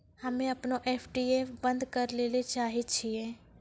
हम्मे अपनो एफ.डी बन्द करै ले चाहै छियै